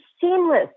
seamless